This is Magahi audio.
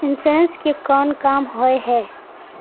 इंश्योरेंस के कोन काम होय है?